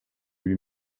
lui